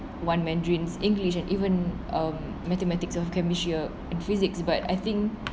one mandarin english and even um mathematics of chemistry and physics but I think